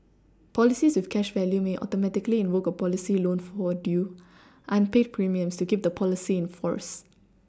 policies with cash value may Automatically invoke a policy loan for due unpaid premiums to keep the policy in force